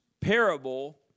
parable